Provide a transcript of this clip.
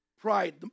Pride